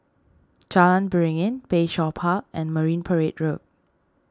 Jalan Beringin Bayshore Park and Marine Parade Road